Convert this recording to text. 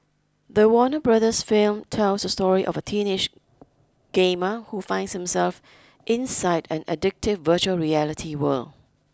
the Warner Brothers film tells a story of a teenage gamer who finds himself inside an addictive virtual reality world